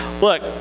Look